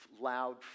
Loud